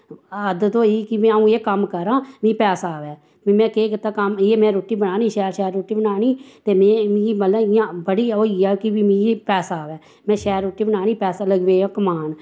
आदत होई कि अऊं एह् कम्म करां मीं पैसा अवै में केह् कीता कम्म एह् में रुट्टी बनानी शैल शैल रुट्टी बनानी ते मैं मिगी मतलव इयां बड़ी होई ऐ कि मिगी पैसा अवै में शैल रुट्टी बनानी पैसे लगी पेई अऊं कमान